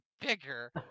bigger